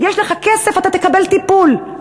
יש לך כסף, אתה תקבל טיפול.